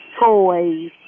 toys